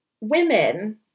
women